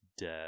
dead